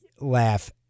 laugh